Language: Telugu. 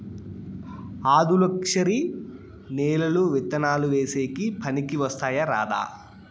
ఆధులుక్షరి నేలలు విత్తనాలు వేసేకి పనికి వస్తాయా రాదా?